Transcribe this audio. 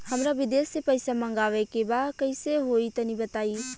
हमरा विदेश से पईसा मंगावे के बा कइसे होई तनि बताई?